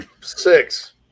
six